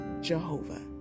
Jehovah